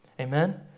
Amen